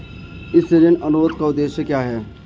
इस ऋण अनुरोध का उद्देश्य क्या है?